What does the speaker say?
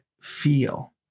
feel